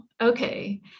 okay